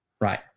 Right